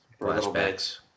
Flashbacks